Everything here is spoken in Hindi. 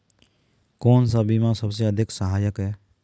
कौन सा बीमा सबसे अधिक सहायक है?